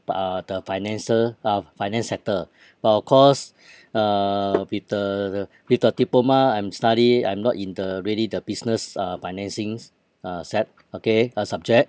but uh the financial uh finance sector but of course uh with the with the diploma I'm study I'm not in the really the business uh financings uh set okay uh subject